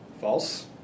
False